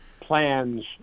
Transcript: plans